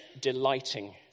delighting